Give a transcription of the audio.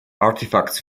artifacts